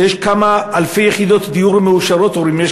יש כמה אלפי יחידות דיור מאושרות או כמה